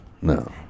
No